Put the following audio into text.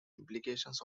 implications